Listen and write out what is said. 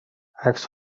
عکس